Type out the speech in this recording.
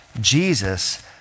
Jesus